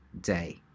day